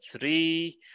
three